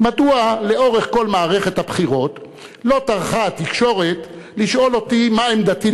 מדוע לאורך כל מערכת הבחירות לא טרחה התקשורת לשאול אותי מה עמדתי,